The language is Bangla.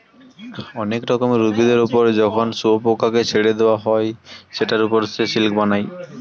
অনেক রকমের উভিদের ওপর যখন শুয়োপোকাকে ছেড়ে দেওয়া হয় সেটার ওপর সে সিল্ক বানায়